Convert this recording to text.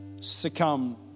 succumb